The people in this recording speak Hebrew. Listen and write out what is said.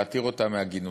להתיר אותה מעגינותה.